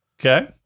Okay